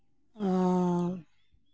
ᱟᱨ